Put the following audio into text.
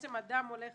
אדם הולך